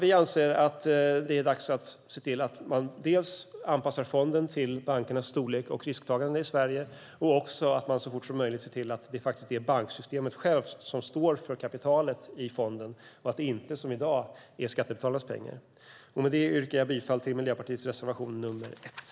Vi anser att det är dags att se till att man anpassar fonden till bankernas storlek och risktagande i Sverige och att man så fort som möjligt ser till att banksystemet självt står för kapitalet i fonden och att det inte som i dag är skattebetalarnas pengar. Med det yrkar jag bifall till Miljöpartiets reservation nr 1.